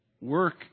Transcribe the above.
Work